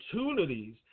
opportunities